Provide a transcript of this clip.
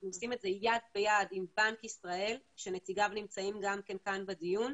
אנחנו עושים את זה יד ביד עם בנק ישראל שנציגיו נמצאים גם כן כאן בדיון,